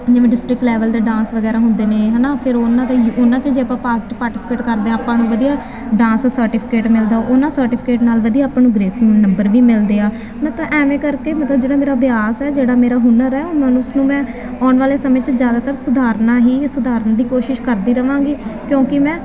ਜਿਵੇਂ district level 'ਤੇ dance ਵਗੈਰਾ ਹੁੰਦੇ ਨੇ ਹੈ ਨਾ ਫਿਰ ਉਹਨਾਂ 'ਤੇ ਉਹਨਾਂ 'ਚ ਜੇ ਆਪਾਂ ਪਾਸਟ ਪਾਰਟੀਸਪੇਟ ਕਰਦੇ ਹਾਂ ਆਪਾਂ ਨੂੰ ਵਧੀਆ ਡਾਂਸ ਸਰਟੀਫਿਕੇਟ ਮਿਲਦਾ ਉਹਨਾਂ ਸਰਟੀਫਿਕੇਟ ਨਾਲ ਵਧੀਆ ਆਪਾਂ ਨੂੰ ਗ੍ਰੇਸਿੰਗ ਨੰਬਰ ਵੀ ਮਿਲਦੇ ਆ ਮੈਂ ਤਾਂ ਐਵੇਂ ਕਰਕੇ ਮਤਲਬ ਜਿਹੜਾ ਮੇਰਾ ਅਭਿਆਸ ਆ ਜਿਹੜਾ ਮੇਰਾ ਹੁਨਰ ਆ ਔਰ ਉਸਨੂੰ ਮੈਂ ਆਉਣ ਵਾਲੇ ਸਮੇਂ 'ਚ ਜ਼ਿਆਦਾਤਰ ਸੁਧਾਰਨਾ ਹੀ ਸੁਧਾਰਨ ਦੀ ਕੋਸ਼ਿਸ਼ ਕਰਦੀ ਰਹਾਂਗੀ ਕਿਉਂਕਿ ਮੈਂ